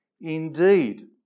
indeed